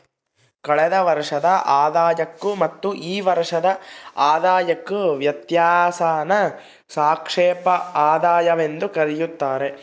ಕಳೆದ ವರ್ಷದ ಆದಾಯಕ್ಕೂ ಮತ್ತು ಈ ವರ್ಷದ ಆದಾಯಕ್ಕೂ ವ್ಯತ್ಯಾಸಾನ ಸಾಪೇಕ್ಷ ಆದಾಯವೆಂದು ಕರೆಯುತ್ತಾರೆ